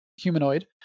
humanoid